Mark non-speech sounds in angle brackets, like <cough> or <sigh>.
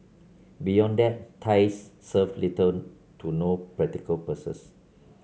beyond that ties serve little to no practical <unintelligible>